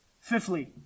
Fifthly